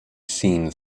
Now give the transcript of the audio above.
seen